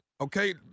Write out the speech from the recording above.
Okay